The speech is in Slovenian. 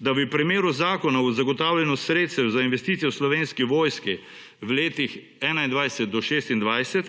da gre v primeru Zakona o zagotavljanju sredstev za investicije v Slovenski vojski v letih 2021 do 2026 za